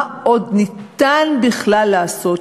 מה עוד ניתן בכלל לעשות?